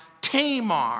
Tamar